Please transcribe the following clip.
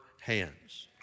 hands